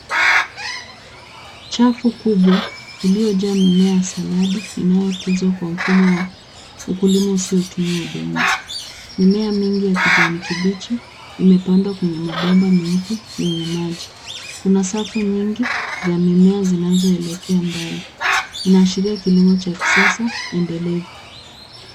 Chafu kubwa iliyo jaa mimea ya saladi inayo kuzwa kwa mfumo wa ukulima usio tumia udongo. Mimea mingi ya kijani kibichi imepandwa kwenye mabomba meupe yenye maji. Kuna safu nyingi za mimea zinazo elekea mbali. Inaashiria kilimo cha kisasa endelevu.